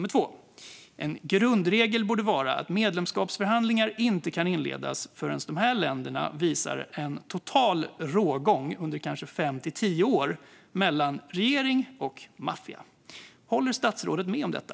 En grundregel borde vara att medlemskapsförhandlingar inte kan inledas förrän dessa länder har visat en total rågång under kanske fem till tio år mellan regering och maffia. Håller statsrådet med om detta?